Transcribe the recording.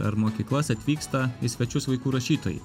ar mokyklas atvyksta į svečius vaikų rašytojai